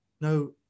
No